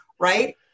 right